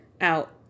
out